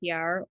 PR